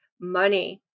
money